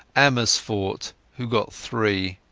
ammersfoort, who got three.